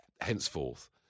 Henceforth